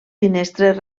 finestres